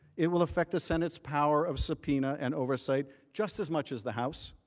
it will affect the senate power of subpoena and oversight just as much as the house.